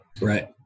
Right